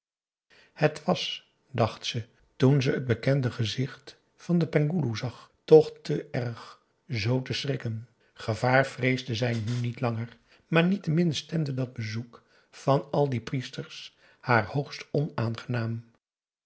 het was dacht ze toen ze het bekende gezicht van den penghoeloe zag toch te erg z te schrikken gevaar vreesde zij nu niet langer maar niettemin stemde dat bezoek van al die priesters haar hoogst onaangenaam